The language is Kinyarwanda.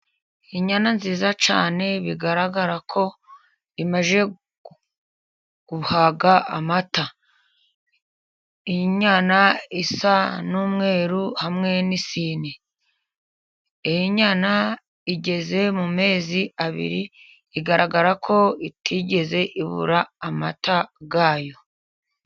Inyana nziza cyane bigaragara ko imaze guhaga amata, inyana isa n'umweru hamwe n'isine. Iyi nyana igeze mu mezi abiri igaragara ko itigeze ibura amata yayo.